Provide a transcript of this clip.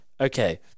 okay